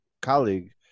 colleague